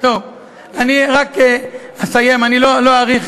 אני רק אסיים, אני לא אאריך.